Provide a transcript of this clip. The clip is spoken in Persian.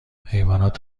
حیوانات